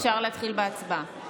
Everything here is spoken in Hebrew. אפשר להתחיל בהצבעה.